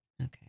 Okay